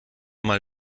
mal